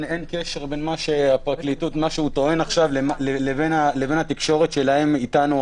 אין קשר בין מה שהוא טוען עכשיו לבין התקשורת שלהם אתנו,